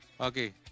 Okay